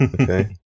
okay